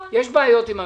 יש בעיות עם הממשלה,